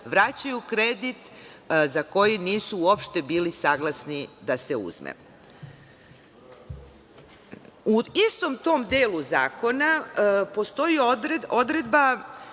vraćaju kredit, za koji uopšte nisu bili saglasni da se uzme.U istom tom delu zakona, postoji odredba